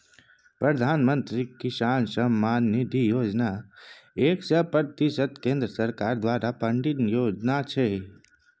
प्रधानमंत्री किसान सम्मान निधि योजना एक सय प्रतिशत केंद्र सरकार द्वारा फंडिंग योजना छै